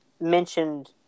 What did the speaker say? mentioned